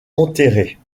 enterrer